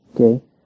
okay